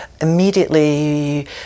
immediately